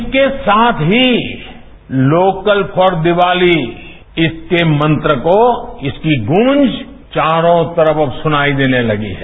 इसके साथ ही लोकल फॉर दीवाली इसके मंत्र को इसकी गूंज चारों तरफ अब सुनाई देने तगी है